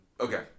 Okay